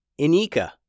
Inika